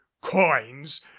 coins